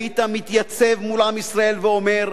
היית מתייצב מול עם ישראל ואומר: